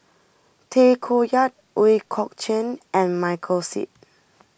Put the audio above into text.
Tay Koh Yat Ooi Kok Chuen and Michael Seet